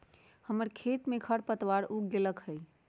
हमर खेत में खरपतवार उग गेल हई